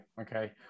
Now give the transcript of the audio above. okay